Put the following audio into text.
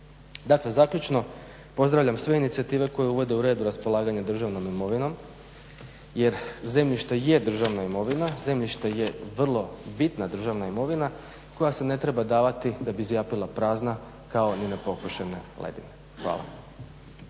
Dakle zaključno, pozdravljam sve inicijative koje uvode red u raspolaganje državnom imovinom jer zemljište je državna imovina, zemljište je vrlo bitna državna imovina koja se ne treba davati da bi zjapila prazna kao ni na pokošene ledine. Hvala.